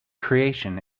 creation